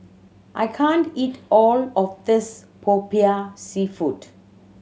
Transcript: I can't eat all of this Popiah Seafood